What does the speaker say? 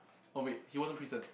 oh wait it wasn't prison